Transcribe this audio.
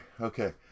Okay